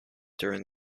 during